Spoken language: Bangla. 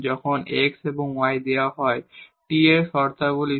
যখন x এবং y দেওয়া হয় t এর শর্তাবলী অনুযায়ী